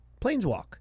planeswalk